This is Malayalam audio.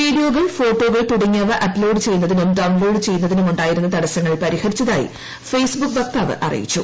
വീഡിയോകൾ ഫോട്ടോകൾ തുടങ്ങിയവ അപ്ലോഡ് ചെയ്യുന്നതിനും ഡൌൺലോഡ് ചെയ്യുന്നതിനുമുണ്ടായിരുന്ന തടസ്സങ്ങൾ പരിഹരിച്ചതായി ഫെയ്സ്ബുക്ക് വക്താവ് അറിയിച്ചു